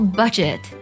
budget